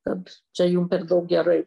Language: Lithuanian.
kad čia jum per daug gerai